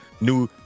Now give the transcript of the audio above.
New